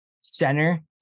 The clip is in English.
center